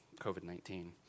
COVID-19